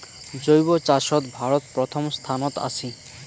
জৈব চাষত ভারত প্রথম স্থানত আছি